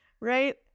Right